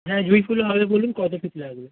হ্যাঁ জুঁইফুলও হবে বলুন কতো পিস লাগবে